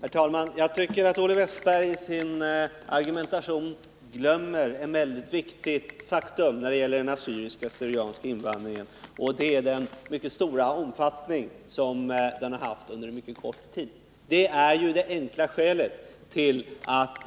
Herr talman! Jag tycker att Olle Wästberg i Stockholm i sin argumentation glömmer ett väldigt viktigt faktum när det gäller den assyrisk/syrianska invandringen, och det är den mycket stora omfattning som den haft under en mycket kort tid. Det är ju det enkla skälet till att